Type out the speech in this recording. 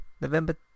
November